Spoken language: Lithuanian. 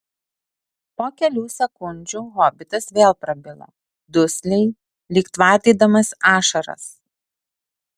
po kelių sekundžių hobitas vėl prabilo dusliai lyg tvardydamas ašaras